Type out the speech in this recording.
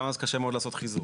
גם אז קשה מאוד לעשות חיזוק.